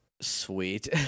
Sweet